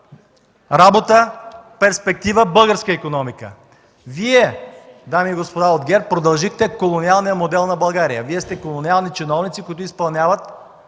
работа, перспектива, българска икономика! Вие, дами и господа от ГЕРБ, продължихте колониалния модел на България. Вие сте колониални чиновници, които изпълняват